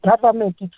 government